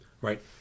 Right